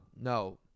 No